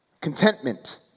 contentment